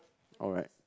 alright